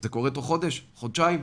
זה קורה תוך חודש, חודשיים?